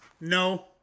No